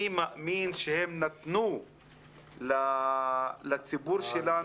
אני מאמין שהם נתנו לציבור שלנו